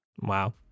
Wow